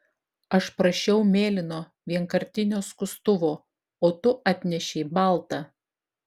aš prašiau mėlyno vienkartinio skustuvo o tu atnešei baltą